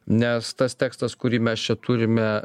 nes tas tekstas kurį mes čia turime